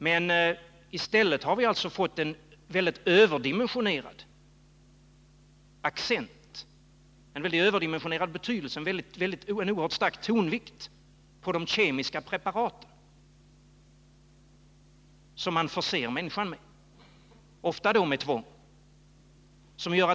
I stället har en väldigt stark tonvikt lagts på de kemiska preparaten, som man förser människor med — ofta med tvång.